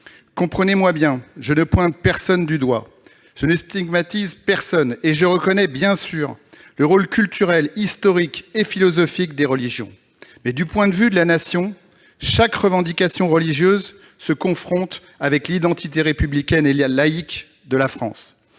Comprenez-moi bien, je ne pointe personne du doigt, je ne stigmatise personne et je reconnais, bien sûr, le rôle culturel, historique et philosophique des religions. Mais, du point de vue de la Nation, chaque revendication religieuse se confronte avec l'identité républicaine et laïque de la France.